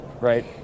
right